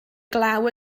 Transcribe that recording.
glaw